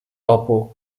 dopo